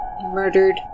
murdered